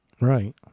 Right